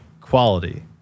quality